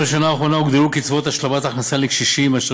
בשנה האחרונה הוגדלו קצבאות השלמת הכנסה לקשישים אשר